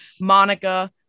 Monica